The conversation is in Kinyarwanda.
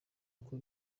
uko